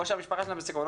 או שהמשפחה שלהם בסיכון,